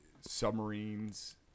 Submarines